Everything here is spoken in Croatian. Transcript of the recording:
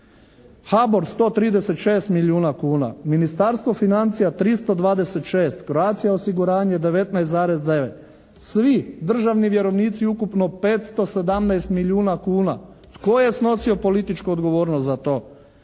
HABOR 136 milijuna kuna. Ministarstvo financija 326. Croatia osiguranje 19,9. Svi državni vjerovnici ukupno 517 milijuna kuna. Tko je snosio političku odgovornost za to?